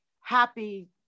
happy